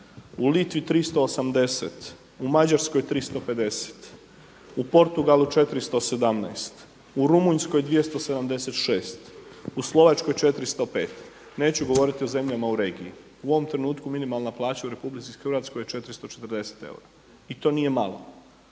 u Litvi 380, u Mađarskoj 350, u Portugalu 417, u Rumunjskoj 276, u Slovačkoj 405. Neću govoriti o zemljama u regiji. U ovom trenutku minimalna plaća u Republici Hrvatskoj je 440 eura i to nije malo